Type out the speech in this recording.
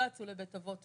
לא יצאו לבית אבות,